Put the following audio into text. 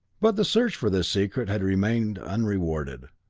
but the search for this secret had remained unrewarded.